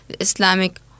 Islamic